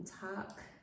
talk